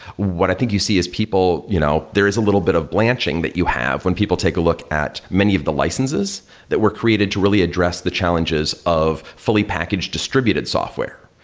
what i think you see is people, you know there is a little bit of blanching that you have. when people take a look at many of the licenses that were created to really address the challenges of fully packaged distributed software.